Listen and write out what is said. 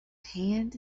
hand